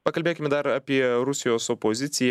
pakalbėkime dar apie rusijos opoziciją